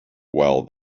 while